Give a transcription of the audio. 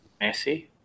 Messi